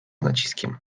naciskiem